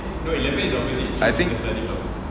I think